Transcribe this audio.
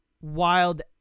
wild